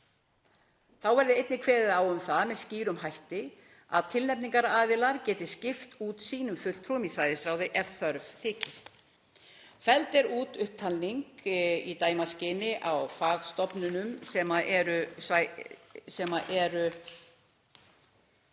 Þá verður einnig kveðið á um það með skýrum hætti að tilnefningaraðilar geti skipt út sínum fulltrúum í svæðisráði ef þörf þykir. Felld er út upptalning í dæmaskyni á fagstofnunum sem eru